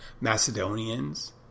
Macedonians